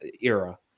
era